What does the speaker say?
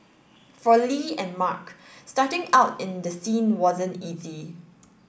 for Li and Mark starting out in the scene wasn't easy